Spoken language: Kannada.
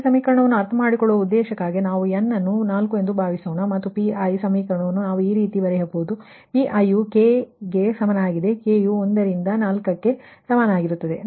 ಈ ಸಮೀಕರಣವನ್ನು ಅರ್ಥಮಾಡಿಕೊಳ್ಳುವ ಉದ್ದೇಶಕ್ಕಾಗಿ ನಾವು n ನ್ನು 4 ಎಂದು ಭಾವಿಸೋಣ ಮತ್ತು ಈ Pi ಸಮೀಕರಣವನ್ನು ನಾವು ಈ ರೀತಿ ಬರೆಯಬಹುದು Pi ಯು k ಗೆ ಸಮಾನವಾಗಿದೆ k 1 ರಿಂದ 4 ಕ್ಕೆ ಸಮಾನವಾಗಿರುತ್ತದೆ